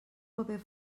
paper